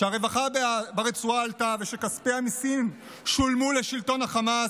שהרווחה ברצועה עלתה ושכספי המיסים שולמו לשלטון החמאס,